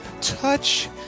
Touch